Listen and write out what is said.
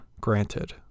granted